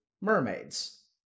mermaids